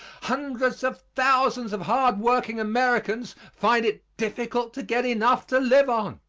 hundreds of thousands of hard-working americans find it difficult to get enough to live on.